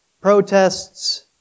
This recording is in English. protests